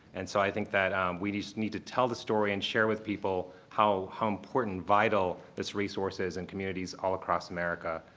and so i think that we just need to tell the story and share with people how how important, vital, this resource is in communities all across america.